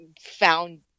found